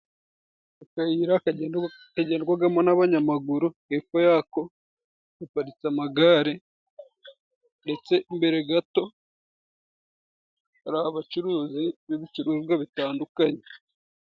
Akayira kagendwagamo n'abanyamaguru hepfo yako haparitse amagare, ndetse imbere gato hari abacuruzi b'ibicuruzwa bitandukanye.